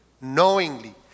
knowingly